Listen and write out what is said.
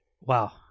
Wow